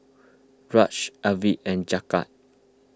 Raj Arvind and Jagat